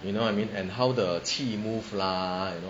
you know what I mean and how the qi move lah you know